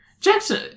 Jackson